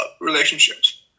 relationships